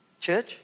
Church